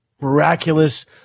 miraculous